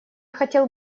хотел